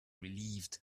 relieved